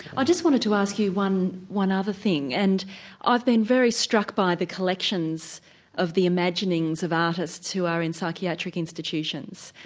i just wanted to ask you one one other thing and i've been very struck by the collections of the imaginings of artists who are in psychiatric institutions.